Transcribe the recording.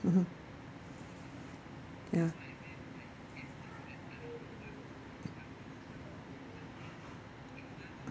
mmhmm ya